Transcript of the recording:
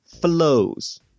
flows